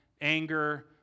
anger